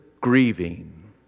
grieving